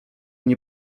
nie